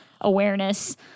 awareness